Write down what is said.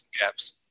gaps